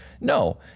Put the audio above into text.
No